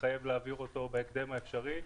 התחייב להעביר אותו בהקדם האפשרי.